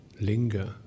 linger